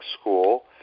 school